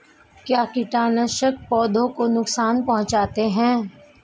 क्या कीटनाशक पौधों को नुकसान पहुँचाते हैं?